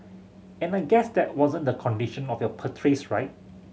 and I guess that wasn't the condition of your right